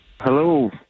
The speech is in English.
Hello